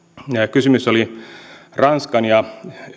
kysymys oli ranskan ja